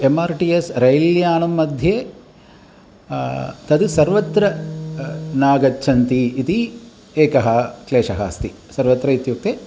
M R T S rail यानम्मध्ये तद् सर्वत्र न गच्छन्ति इति एकः क्लेशः अस्ति सर्वत्र इत्युक्ते